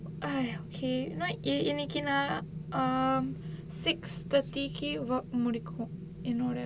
!aiya! okay இன்னிக்கு நான்:innikku naan um six thirty கு:ku work முடிக்கும் என்னோட:mudikkum ennoda